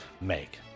make